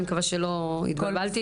אני מקווה שלא התבלבלתי.